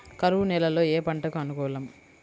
కరువు నేలలో ఏ పంటకు అనుకూలం?